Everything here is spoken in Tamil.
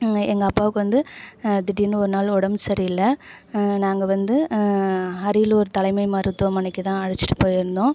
இங்கே எங்கள் அப்பாவுக்கு வந்து திடீர்னு ஒரு நாள் உடம்பு சரியில்லை நாங்கள் வந்து அரியலூர் தலைமை மருத்துவமனைக்கு தான் அழைத்துட்டு போயிருந்தோம்